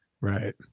Right